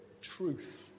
truth